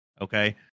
Okay